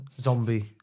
Zombie